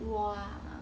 我啊